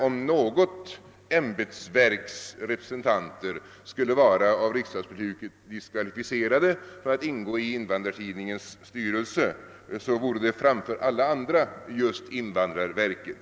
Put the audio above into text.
Om något ämbetsverks representanter genom riksdagsbeslutet skulle vara diskvalificerade för att ingå i Stiftelsen Invandrartidningens styrelse, vore det framför alla andra just invandrarverkets.